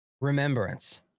Remembrance